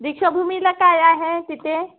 दीक्षाभूमीला काय आहे तिथे